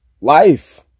Life